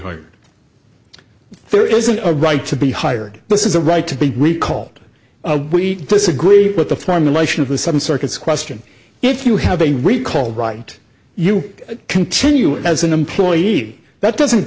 there isn't a right to be hired this is a right to be recalled we disagree with the formulation of the seven circuits question if you have a recall right you continue as an employee that doesn't